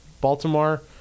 Baltimore